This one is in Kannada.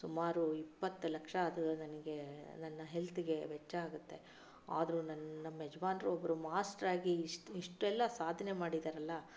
ಸುಮಾರು ಇಪ್ಪತ್ತು ಲಕ್ಷ ಅದು ನನಗೆ ನನ್ನ ಹೆಲ್ತಿಗೆ ವೆಚ್ಚ ಆಗುತ್ತೆ ಆದರೂ ನನ್ನ ನಮ್ಮ ಯಜಮಾನರು ಒಬ್ಬರು ಮಾಸ್ಟ್ರ್ ಆಗಿ ಇಷ್ಟು ಇಷ್ಟೆಲ್ಲಾ ಸಾಧನೆ ಮಾಡಿದರಲ್ಲಾ